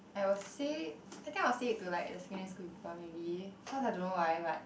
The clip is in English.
I will say I think I will say it to like the secondary school people maybe cause I don't know why but